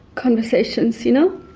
conversations, you know?